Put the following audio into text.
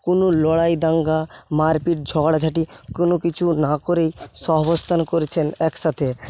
কোনো লড়াই দাঙ্গা মারপিট ঝগড়াঝাটি কোনো কিছু না করেই সহবস্থান করছেন একসাথে